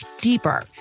deeper